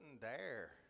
dare